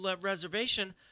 reservation